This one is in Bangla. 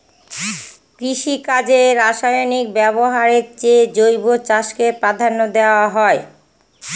কৃষিকাজে রাসায়নিক ব্যবহারের চেয়ে জৈব চাষকে প্রাধান্য দেওয়া হয়